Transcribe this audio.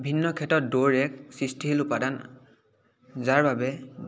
ভিন্ন ক্ষেত্ৰত দৌৰে সৃষ্টিশীল উপাদান যাৰ বাবে